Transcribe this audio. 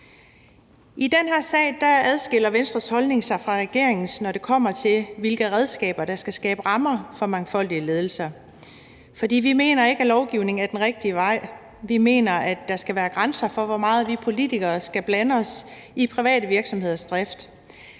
I den her sag adskiller Venstres holdning sig fra regeringens, når det kommer til, hvilke redskaber der skal skabe rammer for mangfoldige ledelser, for vi mener ikke, at lovgivning er den rigtige vej at gå, vi mener, at der skal være grænser for, hvor meget vi politikere skal blande os i private virksomheders drift,